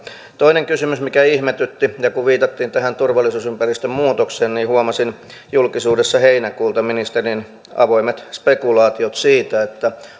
toinen kysymys mikä ihmetytti kun viitattiin tähän turvallisuusympäristön muutokseen niin huomasin julkisuudessa heinäkuulta ministerin avoimet spekulaatiot siitä että